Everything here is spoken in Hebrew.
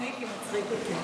מיקי מצחיק אותי.